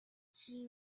she